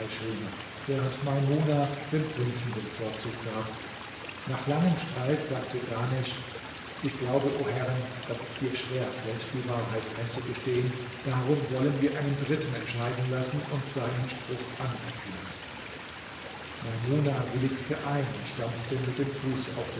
schöner während maimuna dem prinzen den vorzug gab nach langem streit sagte dahnesch ich glaube o herrin daß es dir schwer fällt die wahrheit einzugestehen darum wollen wir einen dritten entscheiden lassen und seinen spruch anerkennen maimuna willigte ein und stampfte mit dem fuß auf